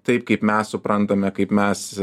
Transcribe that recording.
taip kaip mes suprantame kaip mes